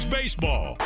baseball